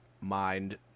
mind